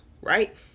right